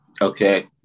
Okay